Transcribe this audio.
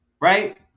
Right